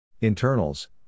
Internals